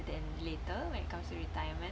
better than later when it comes to retirement